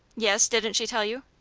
yes didn't she tell you?